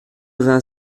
vingt